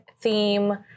theme